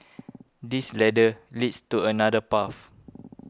this ladder leads to another path